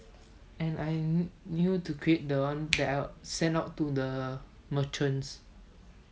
and I need you to create the ones that are sent out to the merchants